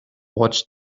watched